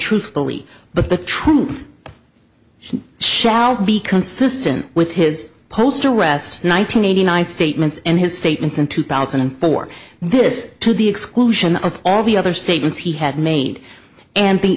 truthfully but the truth shall be consistent with his post arrest one thousand nine hundred statements and his statements in two thousand and four this to the exclusion of all the other statements he had made and the